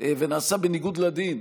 ונעשה בניגוד לדין.